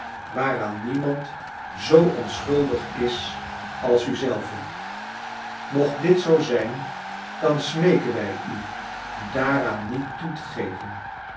waaraan niemand zoo onschuldig is als u zelve mocht dit zoo zijn dan smeeken wij u daaraan niet toe te geven